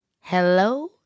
Hello